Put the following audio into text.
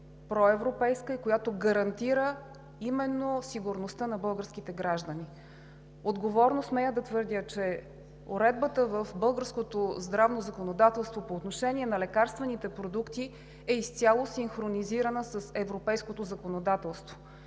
проевропейска и която гарантира именно сигурността на българските граждани. Отговорно смея да твърдя, че уредбата в българското здравно законодателство по отношение на лекарствените продукти е изцяло синхронизирана с европейското законодателство.